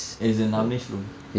is in navinvesh room